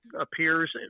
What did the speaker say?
appears